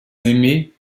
émet